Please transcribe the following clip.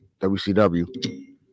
WCW